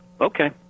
okay